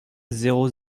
zéro